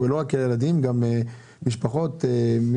ולא רק ילדים אלא גם משפחות חרדיות.